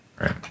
Right